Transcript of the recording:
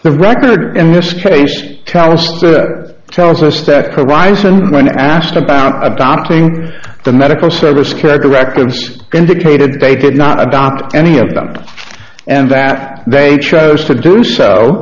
the record in this case tell us that tells us that horizon when asked about adopting the medical service care directives indicated they did not adopt any of them and that they chose to do